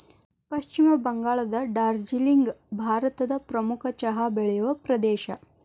ಪಶ್ಚಿಮ ಬಂಗಾಳದ ಡಾರ್ಜಿಲಿಂಗ್ ಭಾರತದ ಪ್ರಮುಖ ಚಹಾ ಬೆಳೆಯುವ ಪ್ರದೇಶ